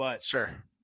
Sure